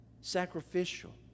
Sacrificial